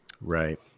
Right